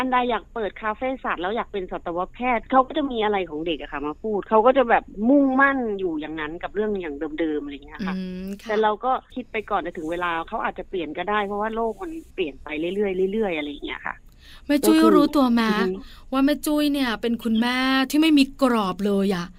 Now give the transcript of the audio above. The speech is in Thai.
อันใดอยากเปิดคาเฟ่สัตว์แล้วอยากเป็นสัตวแพทย์ เขาก็จะมีอะไรของเด็กอะค่ะมาพูด เขาก็จะแบบมุ่งมั่นอยู่อย่างนั้นกับเรื่องอย่างเดิมๆอะไรอย่างเงี้ยค่ะอืม ค่ะแต่เราก็คิดไปก่อน แต่ถึงเวลาเขาอาจจะเปลี่ยนก็ได้ เพราะว่าโลกมันเปลี่ยนไปเรื่อยๆเรื่อยๆอะไรอย่างเงี้ยค่ะแม่จุ้ยก็คือรู้ตัวไหมอือฮึว่าแม่จุ้ยเนี่ยเป็นคุณแม่ที่ไม่มีกรอบเลยอะ